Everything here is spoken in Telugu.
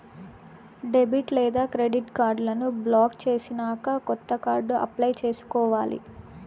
డెబిట్ లేదా క్రెడిట్ కార్డులను బ్లాక్ చేసినాక కొత్త కార్డు అప్లై చేసుకోవాలి